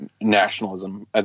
nationalism